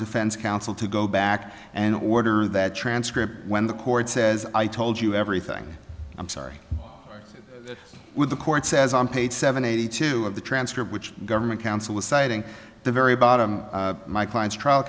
defense counsel to go back and order that transcript when the court says i told you everything i'm sorry with the court says on page seventy two of the transcript which government counsel was citing the very bottom of my client's tr